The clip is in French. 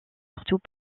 surtout